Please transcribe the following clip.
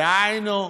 דהיינו,